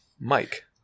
Mike